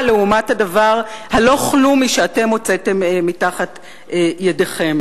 לעומת הדבר הלא-כלומי שאתם הוצאתם מתחת ידיכם.